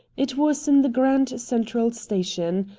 it was in the grand central station.